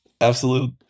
absolute